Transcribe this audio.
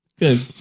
good